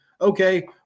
okay